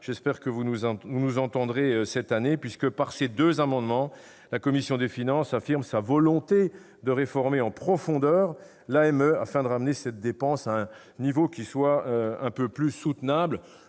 J'espère que vous nous entendrez cette année, madame la ministre. Par ces deux amendements, la commission des finances affirme sa volonté de réformer en profondeur l'AME, afin de ramener cette dépense à un niveau plus soutenable.